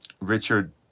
Richard